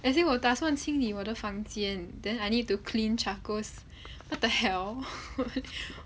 as in 我打算清理我的房间 then I need to clean charcoal's what the hell